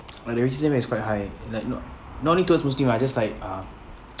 and the racism is quite high like not not only towards muslim lah just like uh